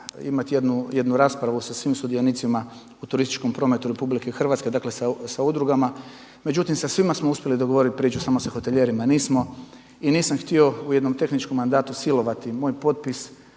imati jednu raspravu sa svim sudionicima u turističkom prometu Republike Hrvatske, dakle sa udrugama. Međutim, sa svima smo uspjeli dogovoriti priču samo sa hotelijerima nismo. I nisam htio u jednom tehničkom mandatu silovati moj potpis